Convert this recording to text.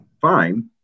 fine